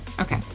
Okay